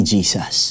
Jesus